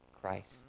Christ